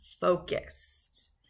focused